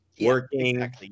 working